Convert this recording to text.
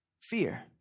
Fear